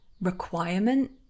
requirement